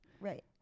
Right